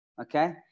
okay